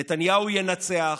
נתניהו ינצח